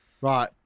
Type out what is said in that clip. Right